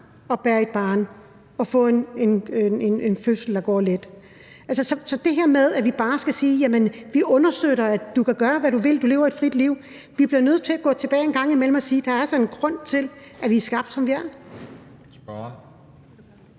at bære et barn og få en fødsel, der går let. Så til det her med, at vi bare skal sige, at vi understøtter, at du kan gøre, hvad du vil, og at du lever et frit liv: Vi bliver nødt til at gå tilbage en gang imellem og sige, at der altså er en grund til, at vi er skabt, som vi er.